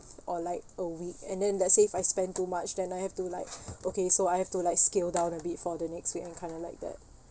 or like a week and then let's say if I spend too much then I have to like okay so I have to like scale down a bit for the next week I'm kind of like that